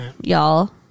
y'all